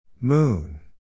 Moon